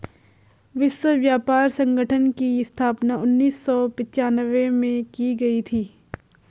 विश्व व्यापार संगठन की स्थापना उन्नीस सौ पिच्यानवे में की गई थी